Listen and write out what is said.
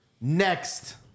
Next